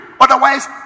otherwise